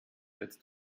jetzt